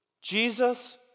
Jesus